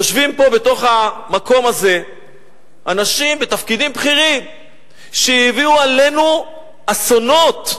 יושבים במקום הזה אנשים בתפקידים בכירים שהביאו עלינו אסונות,